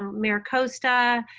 miracosta,